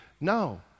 No